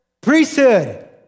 Priesthood